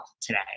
today